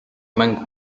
mängu